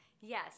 Yes